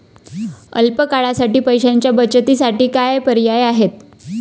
अल्प काळासाठी पैशाच्या बचतीसाठी काय पर्याय आहेत?